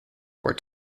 were